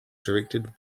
directed